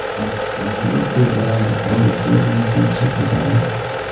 आलू के बार और कोन मोटर से पटइबै?